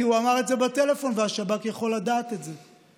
כי הוא אמר את זה בטלפון והשב"כ יכול לדעת את זה.